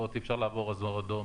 אי אפשר לעבור ברמזור אדום,